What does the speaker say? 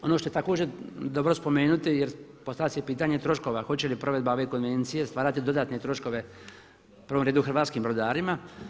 Ono što je također dobro spomenuti jer postavlja se pitanje troškova, hoće li provedbe ove konvencije stvarati dodatne troškove u prvom redu hrvatskim brodarima.